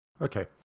Okay